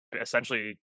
essentially